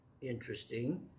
Interesting